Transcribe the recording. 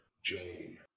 Jane